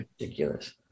Ridiculous